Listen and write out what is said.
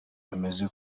ameze